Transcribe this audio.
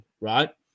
right